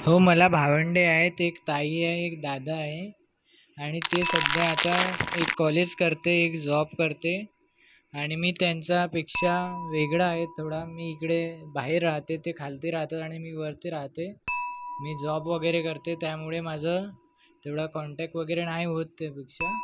हो मला भावंडे आहेत एक ताई आहे एक दादा आहे आणि ते सध्या आता एक कॉलेज करते एक जॉब करते आणि मी त्यांच्यापेक्षा वेगळा आहे थोडा मी इकडे बाहेर राहते ते खालती राहतात आणि मी वरती राहते मी जॉब वगैरे करते त्यामुळे माझं तेवढा कॉन्टॅक्ट वगैरे नाही होत त्यापेक्षा